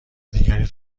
دیگری